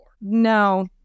No